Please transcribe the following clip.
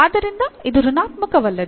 ಆದ್ದರಿಂದ ಇದು ಋಣಾತ್ಮಕವಲ್ಲದು